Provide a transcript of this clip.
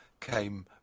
came